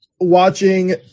watching